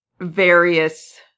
various